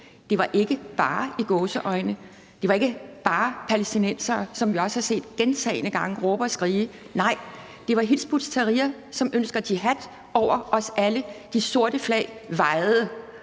Det var ikke bare – i gåseøjne – palæstinensere, som vi også har set gentagne gange råbe og skrige, nej, det var Hizb ut-Tahrir, som ønsker jihad over os alle; de sorte flag vajede.